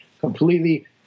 completely